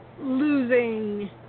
Losing